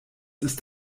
ist